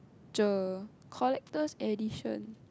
the collector edition